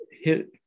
hit